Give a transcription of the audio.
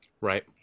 Right